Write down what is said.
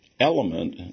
element